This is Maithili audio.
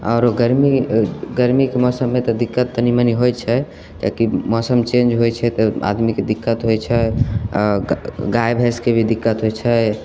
औओरो गरमी गरमीके मौसममे तऽ दिक्कत तनी मनी होयत छै किएकि मौसम चेंज होयत छै तऽ आदमीके दिक्कत होयत छै आ गाय भैंसके भी दिक्कत होएत छै